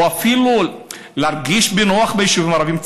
או אפילו להרגיש בנוח ביישובים הערביים,